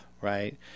right